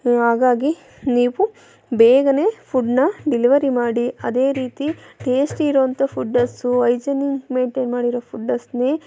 ಹಾಗಾಗಿ ನೀವು ಬೇಗನೇ ಫುಡ್ನ ಡಿಲಿವರಿ ಮಾಡಿ ಅದೇ ರೀತಿ ಟೇಸ್ಟ್ ಇರುವಂಥ ಫುಡ್ಡಸ್ಸು ಐಜೆನಿಂಗ್ ಮೇಂಟೈನ್ ಮಾಡಿರುವ ಫುಡ್ಡಸ್ನೇ